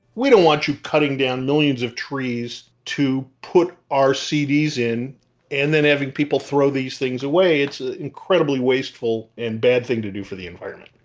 we don't want you cutting down millions of trees to put our cds in and then having people throw these things away. it's an ah incredibly wasteful and bad thing to do for the environment.